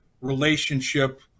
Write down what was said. relationship